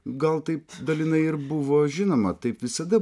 gal taip dalinai ir buvo žinoma taip visada